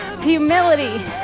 humility